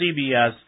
CBS